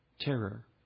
terror